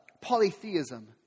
polytheism